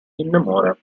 innamora